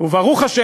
וברוך השם,